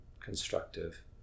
constructive